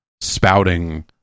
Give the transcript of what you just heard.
spouting